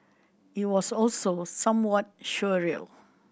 it was also somewhat surreal